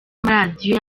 amaradiyo